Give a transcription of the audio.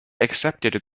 accepted